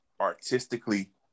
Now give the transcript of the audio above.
artistically